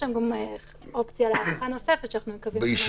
שם גם אופציה להארכה נוספת שאנחנו מקווים שלא נזדקק לה.